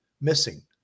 missing